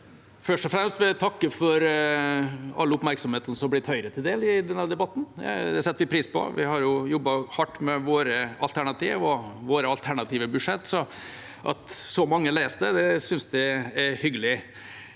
Først og fremst vil jeg takke for all oppmerksomheten som har blitt Høyre til del i denne debatten. Det setter vi pris på. Vi har jo jobbet hardt med våre alternativer og vårt alternative budsjett, så at så mange leser det, synes jeg er hyggelig.